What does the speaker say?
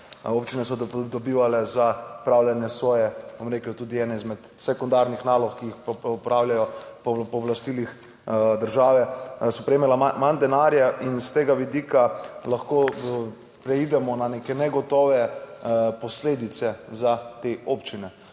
Občine so dobivale za opravljanje svoje, bom rekel, tudi ene izmed sekundarnih nalog, ki jih opravljajo po pooblastilih države, so prejemala manj denarja in s tega vidika lahko preidemo na neke negotove posledice za te občine.